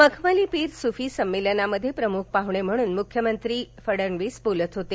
मखमली पीर सुफी संमेलनामध्ये प्रमुख पाहणे म्हणून मुख्यमंत्री फडणवीस बोलत होते